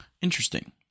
Interesting